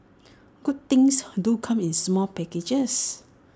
good things do come in small packages